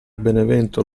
benevento